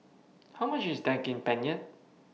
How much IS Daging Penyet